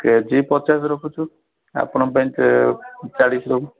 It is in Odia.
କେଜି ପଚାଶେ ରଖୁଛୁ ଆପଣଙ୍କ ପାଇଁ ଚା ଚାଳିଶି ରହୁ